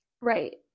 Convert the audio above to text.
Right